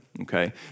okay